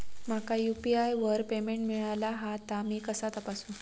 माका यू.पी.आय वर पेमेंट मिळाला हा ता मी कसा तपासू?